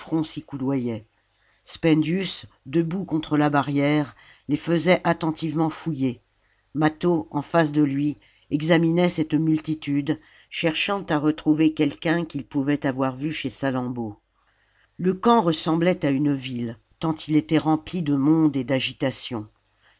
debout contre la barrière les faisait attentivement fouiller mâtho en face de lui examinait cette multitude cherchant à retrouver quelqu'un qu'il pouvait avoir vu chez salammbô le camp ressemblait à une ville tant il était rempli de monde et d'agitation